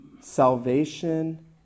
salvation